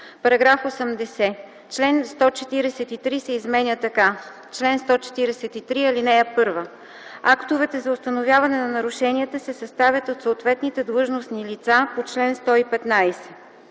„§ 80. Член 143 се изменя така: „Чл. 143.(1) Актовете за установяване на нарушенията се съставят от съответните длъжностни лица по чл. 115.